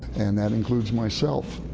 and that includes myself.